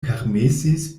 permesis